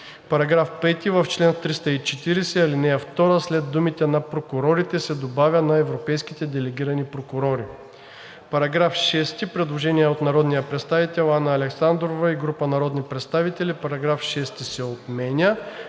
§ 5: „§ 5. В чл. 340, ал. 2 след думите „на прокуратурите“ се добавя „на европейските делегирани прокурори“.“ По § 6 има предложение от народния представител Анна Александрова и група народни представители: „Параграф 6 се отменя.“